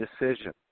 decision